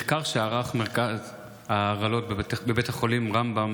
מחקר שערך מרכז ההרעלות בבית החולים רמב"ם